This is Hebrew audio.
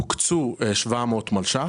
הוקצו 700 מיליון שקלים,